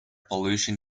pollution